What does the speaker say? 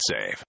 save